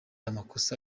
amakosa